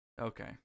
Okay